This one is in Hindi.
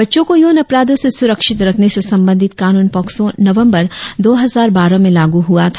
बच्चों को यौन अपराधों से सुरक्षित रखने से संबंधित कानून पॉक्सों नवंबर दो हजार बारह में लागू हुआ था